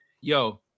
Yo